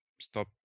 Stop